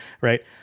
Right